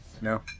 No